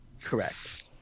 Correct